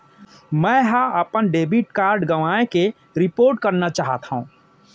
मै हा अपन डेबिट कार्ड गवाएं के रिपोर्ट करना चाहत हव